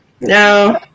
No